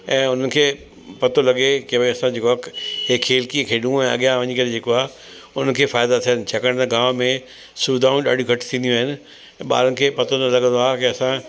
ऐं उनखे पतो लॻे की भाई असां जेको आहे हीअ खेल कीअं खेॾियूं ऐं अॻियां वञी करे जेको आहे उनखे फ़ाइदा थियनि छाकाणि त गांव में सुविधाऊं ॾाढी घटि थींदियूं आहिनि ऐं ॿारनि खे पतो न लॻंदो आहे की असां